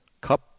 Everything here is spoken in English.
Cup